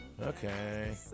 Okay